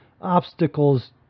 obstacles